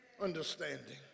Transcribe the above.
understanding